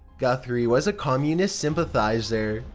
guthrie was a communist sympathizer,